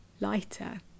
lighter